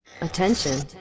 Attention